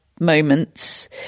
moments